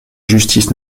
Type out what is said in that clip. justice